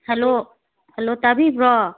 hello hello ꯇꯥꯕꯤꯕ꯭ꯔꯣ